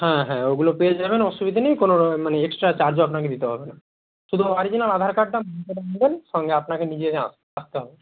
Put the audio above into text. হ্যাঁ হ্যাঁ ওগুলো পেয়ে যাবেন অসুবিধে নেই কোন মানে এক্সট্রা চার্জও আপনাকে দিতে হবে না শুধু অরিজিনাল আধার কার্ডটা সঙ্গে আপনাকে নিজেকে আসতে হবে